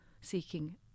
seeking